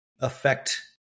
affect